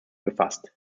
gefasst